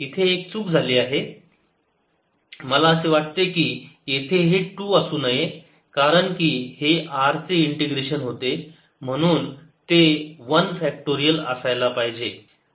इथे एक चूक झाली आहे मला असे वाटते की येथे हे 2 असू नये कारण की हे r चे इंटिग्रेशन होते म्हणून ते 1 फॅक्टरियल असायला पाहिजे